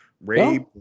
rape